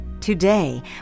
Today